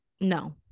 no